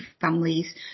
families